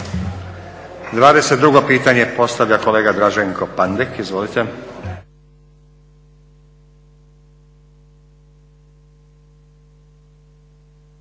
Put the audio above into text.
22. pitanje postavlja kolega Draženko Pandek. Izvolite.